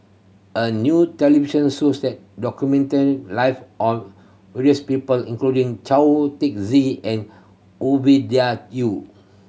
a new television shows that documented live of various people including Chao Tzee and Ovidia Yu